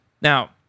Now